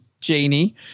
Janie